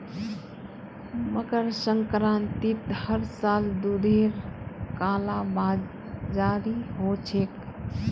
मकर संक्रांतित हर साल दूधेर कालाबाजारी ह छेक